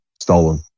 Stolen